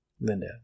Linda